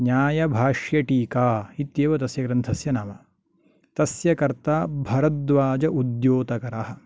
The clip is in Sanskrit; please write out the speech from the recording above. न्यायभाष्यटीका इत्येव तस्य ग्रन्थस्य नाम तस्य कर्ता भरद्वाज उद्दोतकरः